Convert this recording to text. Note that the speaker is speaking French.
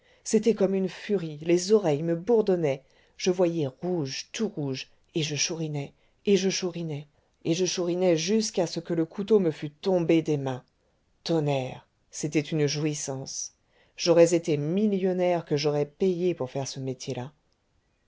c'était comme une furie les oreilles me bourdonnaient je voyais rouge tout rouge et je chourinais et je chourinais et je chourinais jusqu'à ce que le couteau me fût tombé des mains tonnerre c'était une jouissance j'aurais été millionnaire que j'aurais payé pour faire ce métier-là